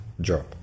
job